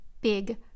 big